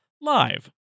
live